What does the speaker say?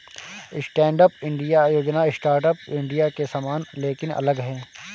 stand up India योजना startup India के समान लेकिन अलग है